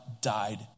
died